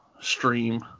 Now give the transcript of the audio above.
stream